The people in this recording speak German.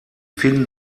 finden